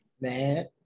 man